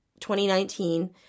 2019